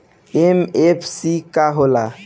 MFC का हो़ला?